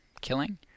killing